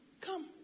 Come